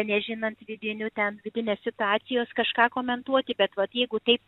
nežinant vidinių ten vidinės situacijos kažką komentuoti bet vat jeigu taip